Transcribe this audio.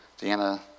Deanna